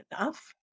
enough